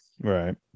Right